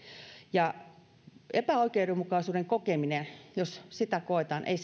ja epäoikeudenmukaisuuden kokemus jos sitä koetaan ei